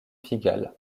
pigalle